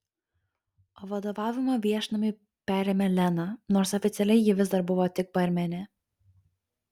o vadovavimą viešnamiui perėmė lena nors oficialiai ji vis dar buvo tik barmenė